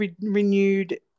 renewed